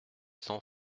cent